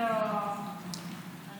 אתה